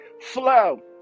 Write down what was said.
flow